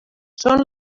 són